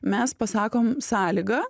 mes pasakom sąlygą